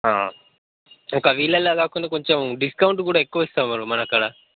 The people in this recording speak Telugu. వీళ్ళళ్ళా కాకుండా కొంచెం డిస్కౌంట్ కూడా ఎక్కువిస్తాం మనం మన కాడ